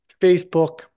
Facebook